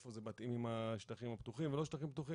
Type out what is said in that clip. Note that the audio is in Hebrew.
איפה יש שטחים פתוחים ואיפה אין שטחים פתוחים